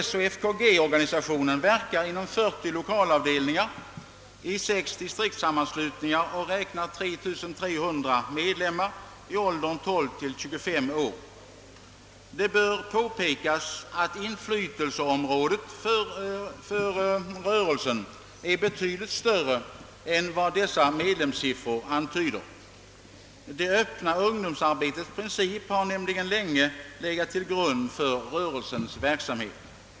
FKS och FKG-organisationerna verkar inom 40 lokalavdelningar i sex distriktssammanslutningar och räknar 3300 medlemmar i åldern 12—25 år. Det bör påpekas att inflytelseområdet för rörelsen är betydligt större än dessa medlemssiffror antyder. Det öppna ungdomsarbetets princip har länge legat till grund för rörelsens verksamhet.